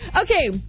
Okay